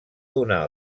donar